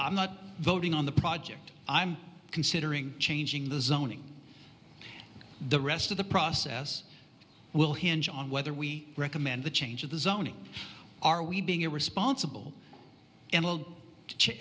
i'm not voting on the project i'm considering changing the zoning the rest of the process will hinge on whether we recommend the change of the zoning are we being irresponsible an